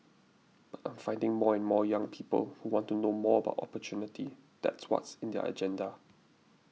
but I'm finding more and more young people who want to know more about opportunity that's what's in their agenda